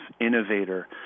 innovator